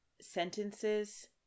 sentences